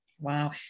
Wow